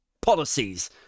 policies